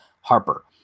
Harper